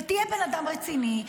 ותהיה בן אדם רציני,